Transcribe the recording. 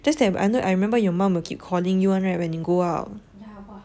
just that I know I remember your mum will keep calling you [one] right when you go out